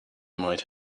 might